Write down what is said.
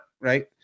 right